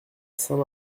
saint